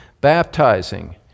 baptizing